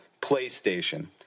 PlayStation